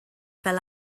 fel